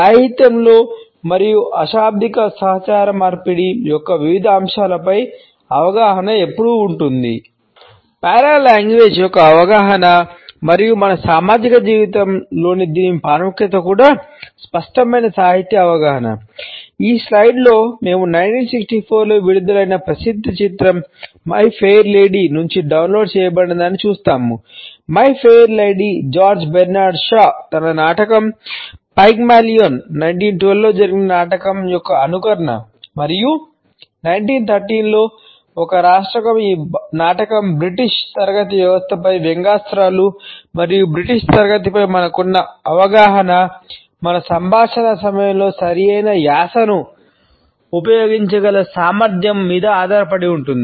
సాహిత్యంలో మరియు అశాబ్దిక సమాచార మార్పిడి యొక్క వివిధ అంశాలపై అవగాహన ఎప్పుడూ ఉంటుంది